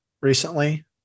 recently